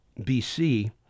BC